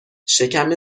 شکم